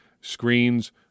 screens